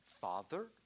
father